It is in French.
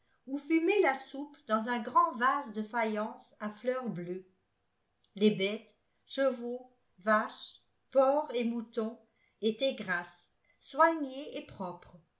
où fumait la soupe dans un grand vase de faïence à fleurs bleues les bêtes chevaux vaches porcs et moutons étaient grasses soignées et propres